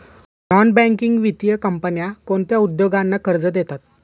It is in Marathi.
नॉन बँकिंग वित्तीय कंपन्या कोणत्या उद्योगांना कर्ज देतात?